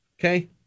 Okay